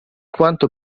quanto